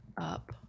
up